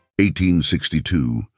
1862